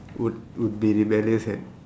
would would be rebellious at